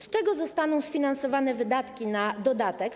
Z czego zostaną sfinansowane wydatki na dodatek?